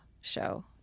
show